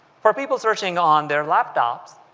for people searching on their laptops,